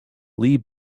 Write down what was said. lee